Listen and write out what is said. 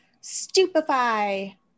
Stupefy